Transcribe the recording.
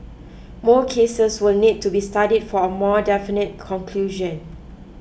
more cases will need to be studied for a more definite conclusion